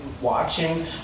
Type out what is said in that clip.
watching